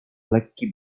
lekki